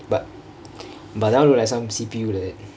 but but that one look like some C_P_U like that